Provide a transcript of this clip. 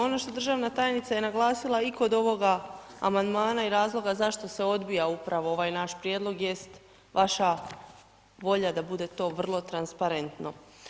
No ono što državna tajnica je naglasila i kod ovoga amandmana i razloga zašto se odbija upravo ovaj naš prijedlog jest vaša volja da bude to vrlo transparentno.